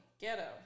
ghetto